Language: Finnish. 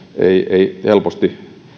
ei helposti